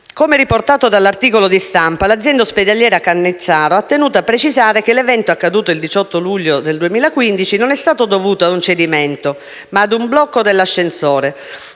Come riportato dall'articolo di stampa, l'azienda ospedaliera Cannizzaro ha tenuto a precisare che l'evento accaduto il 18 luglio 2015 non è stato dovuto ad un cedimento, ma ad un blocco dell'ascensore,